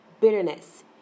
bitterness